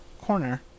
corner